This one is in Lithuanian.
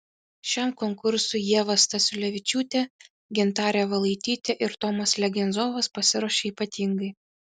šiam konkursui ieva stasiulevičiūtė gintarė valaitytė ir tomas legenzovas pasiruošė ypatingai